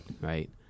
right